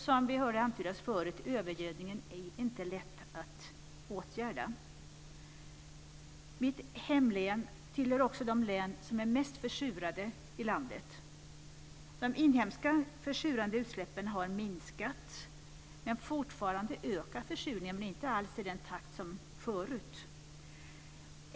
Som vi hörde förut är övergödningen inte lätt att åtgärda. Mitt hemlän tillhör också de län i landet som är mest försurade. De inhemska försurande utsläppen har minskat. Fortfarande ökar försurningen men inte alls i samma takt som förut.